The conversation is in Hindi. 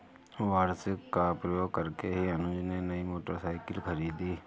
वार्षिकी का प्रयोग करके ही अनुज ने नई मोटरसाइकिल खरीदी